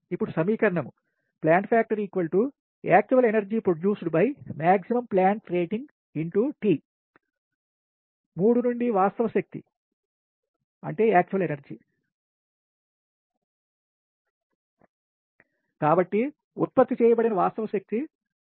ఇప్పుడు సమీకరణం 3 నుండి వాస్తవ శక్తి కాబట్టి ఉత్పత్తి చేయబడిన వాస్తవ శక్తి 37